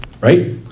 right